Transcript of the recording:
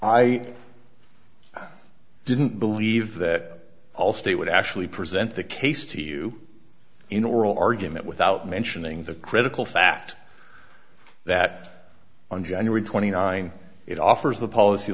i didn't believe that allstate would actually present the case to you in oral argument without mentioning the critical fact that on january twenty nine it offers the policy